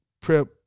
Prep